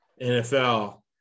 NFL